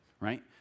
right